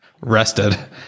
rested